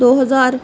ਦੋ ਹਜ਼ਾਰ